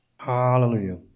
Hallelujah